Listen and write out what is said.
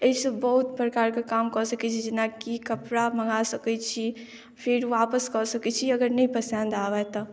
एहिसँ बहुत प्रकारके काम कऽ सकै छी जेनाकि कपड़ा मंगा सकै छी फेर वापस कऽ सकै छी अगर नहि पसन्द आबय तऽ